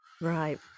Right